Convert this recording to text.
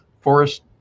forest